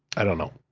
i don't know.